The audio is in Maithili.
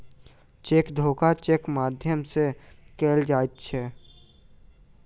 चेक धोखा चेकक माध्यम सॅ कयल जाइत छै